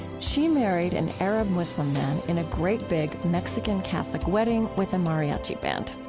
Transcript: she married an arab-muslim man in a great big mexican catholic wedding with a mariachi band,